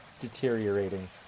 deteriorating